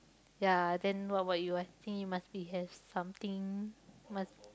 ya then what about you I think you must be have something must